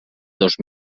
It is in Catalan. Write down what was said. dos